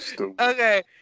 Okay